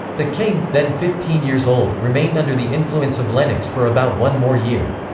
the king, then fifteen years old, remained under the influence of lennox for about one more year.